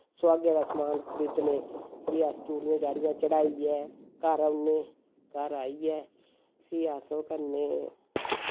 सोहागै दा समान खरीदने फ्ही अस चूड़ियां चाड़ियां चढ़ाइयै घर औन्ने घर आइयै फ्ही अस ओह् करने